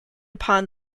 upon